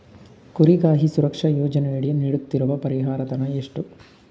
ಕುರಿಗಾಹಿ ಸುರಕ್ಷಾ ಯೋಜನೆಯಡಿ ನೀಡುತ್ತಿರುವ ಪರಿಹಾರ ಧನ ಎಷ್ಟು?